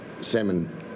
salmon